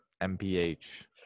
mph